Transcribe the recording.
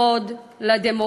מציאות?